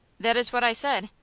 that is what i said.